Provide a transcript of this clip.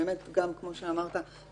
כמו שאמרת,